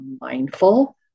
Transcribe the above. mindful